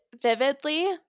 vividly